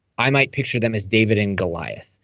i might picture them as david and goliath,